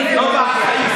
לא בעל חיים.